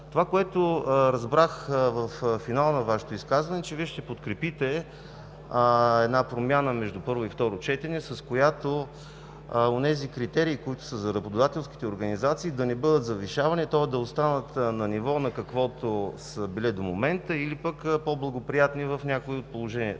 Това, което разбрах от финала на Вашето изказване, е, че Вие ще подкрепите една промяна между първо и второ четене, с която онези критерии, които са за работодателските организации да не бъдат завишавани, а да останат на ниво, на каквото са били до момента или пък по-благоприятни в някои от случаите.